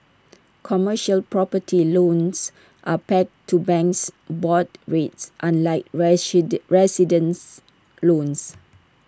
commercial property loans are pegged to banks board rates unlike residents loans